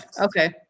Okay